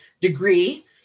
degree